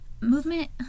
Movement